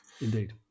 Indeed